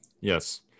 Yes